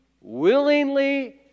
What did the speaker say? willingly